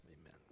Amen